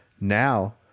now